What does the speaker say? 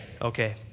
Okay